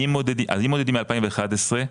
אז אם מודדים מ-2011,